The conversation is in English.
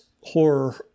horror